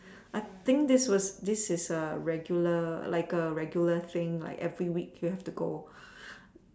I think this was this is a regular like a regular thing like every week you have to go